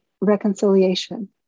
reconciliation